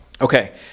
Okay